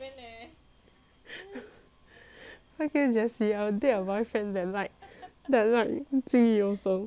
fuck you jessie I will date a boyfriend that like that like 金鱼 also